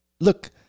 look